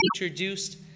introduced